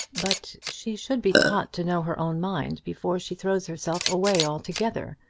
but she should be taught to know her own mind before she throws herself away altogether.